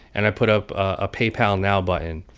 and i put up a paypal now button.